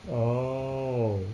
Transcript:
orh